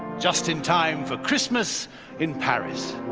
just in time for christmas in paris.